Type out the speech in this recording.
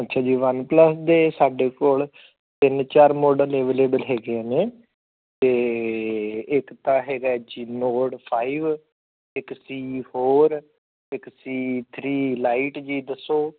ਅੱਛਾ ਜੀ OnePlus ਦੇ ਸਾਡੇ ਕੋਲ ਤਿੰਨ ਚਾਰ ਮਾਡਲ ਇਵਲੇਬਲ ਹੈਗੇ ਨੇ ਅਤੇ ਇੱਕ ਤਾਂ ਹੈਗਾ ਜੀ ਨੋਡ ਫਾਈਵ ਇੱਕ C four C three lite ਜੀ ਦੱਸੋ